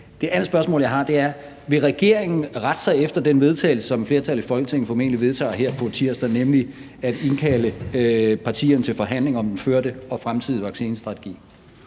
Det andet spørgsmål, jeg har, er: Vil regeringen rette sig efter det forslag til vedtagelse, som et flertal i Folketinget formentlig vedtager her på tirsdag, nemlig at indkalde partierne til forhandlinger om den førte og fremtidige vaccinestrategi?